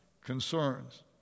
concerns